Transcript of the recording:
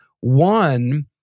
one